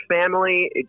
family